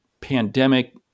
pandemic